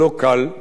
כי הקובץ